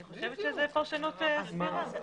אני חושבת שזאת פרשנות סבירה.